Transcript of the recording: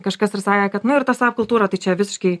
kažkas ir sakė kad nu ir ta sap kultūra tai čia visiškai